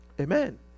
Amen